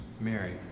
Mary